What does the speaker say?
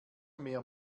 mehr